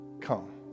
come